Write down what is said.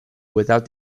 without